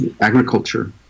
agriculture